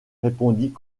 répondit